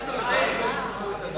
אל תלכו.